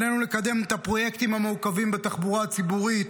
עלינו לקדם את הפרויקטים המורכבים בתחבורה הציבורית,